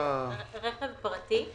רכב פרטי ואופנוע.